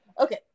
Okay